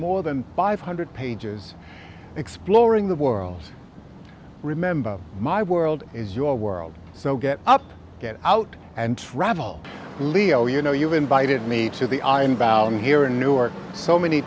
more than five hundred pages exploring the worlds remember my world is your world so get up get out and travel leo you know you've invited me to the r and down here in new york so many